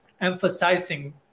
emphasizing